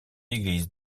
église